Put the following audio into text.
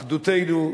אחדותנו,